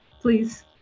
please